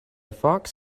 fox